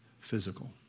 physical